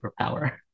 superpower